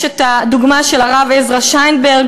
יש הדוגמה של הרב עזרא שיינברג,